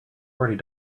already